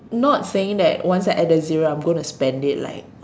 not saying that once I added the zero I'm gonna spend it like